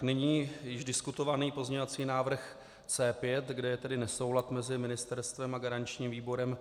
Nyní již diskutovaný pozměňovací návrh C5, kde je tedy nesoulad mezi ministerstvem a garančním výborem.